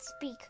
speak